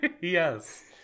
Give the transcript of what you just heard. Yes